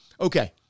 Okay